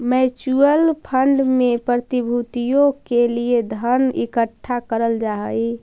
mutual fund में प्रतिभूतियों के लिए धन इकट्ठा करल जा हई